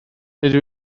dydw